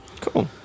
Cool